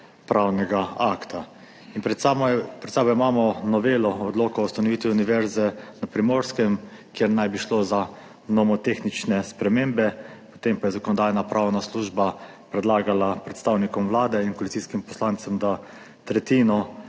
pravnega akta. In pred sabo imamo novelo Odloka o ustanovitvi Univerze na Primorskem, kjer naj bi šlo za nomotehnične spremembe, potem pa je Zakonodajno-pravna služba predlagala predstavnikom Vlade in koalicijskim poslancem, da tretjino